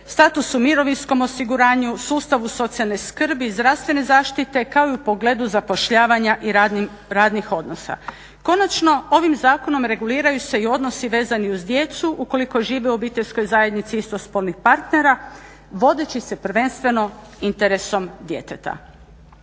status u mirovinskom osiguranju, sustavu socijalne skrbi i zdravstvene zaštite kao i u pogledu zapošljavanja i radnih odnosa. Konačno, ovim zakonom reguliraju se i odnosi vezani uz djecu ukoliko žive u obiteljskoj zajednici istospolnih partera vodeći se prvenstveno interesom djeteta.